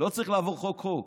לא צריך לעבור חוק-חוק.